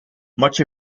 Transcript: much